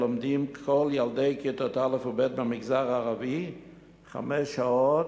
לומדים כל ילדי כיתות א' וב' במגזר הערבי חמש שעות